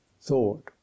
thought